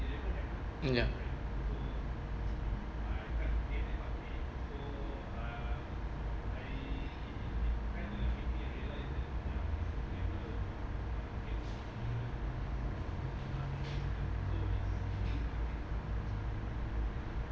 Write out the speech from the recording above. um ya